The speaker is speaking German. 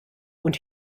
und